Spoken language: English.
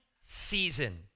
Season